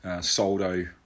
Soldo